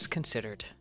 Considered